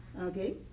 okay